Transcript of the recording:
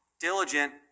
diligent